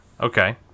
Okay